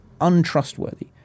untrustworthy